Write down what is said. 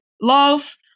love